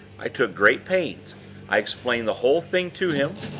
i took great pains i explained the whole thing to him.